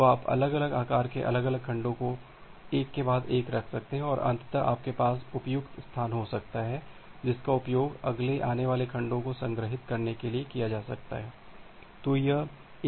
तो आप अलग अलग आकार के अलग अलग खंडों को एक के बाद एक रख सकते हैं और अंततः आपके पास अप्रयुक्त स्थान हो सकता है जिसका उपयोग अगले आने वाले खंडों को संग्रहीत करने के लिए किया जा सकता है